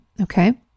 okay